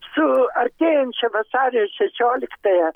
su artėjančia vasario šešioliktąja